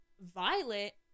Violet